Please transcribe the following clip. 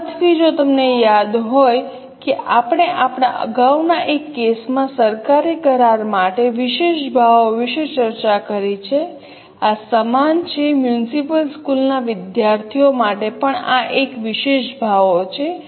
રાહત ફી જો તમને યાદ હોય કે આપણે આપણા અગાઉના એક કેસ માં સરકારી કરાર માટે વિશેષ ભાવો વિશે ચર્ચા કરી છે આ સમાન છે મ્યુનિસિપલ સ્કૂલના વિદ્યાર્થીઓ માટે પણ આ એક વિશેષ ભાવો છે